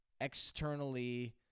externally